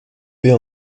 paix